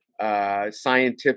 Scientific